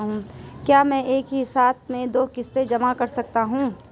क्या मैं एक ही साथ में दो किश्त जमा कर सकता हूँ?